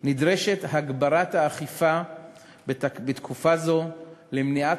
נדרשת הגברת האכיפה בתקופה זו למניעת